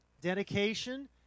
dedication –